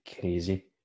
crazy